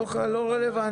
לא רלוונטי.